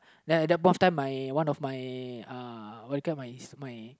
then at that point of time my one my uh what you call my my